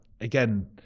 again